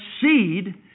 seed